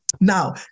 Now